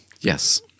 Yes